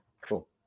Cool